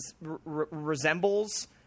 resembles